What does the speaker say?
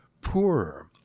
poorer